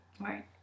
Right